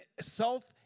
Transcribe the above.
self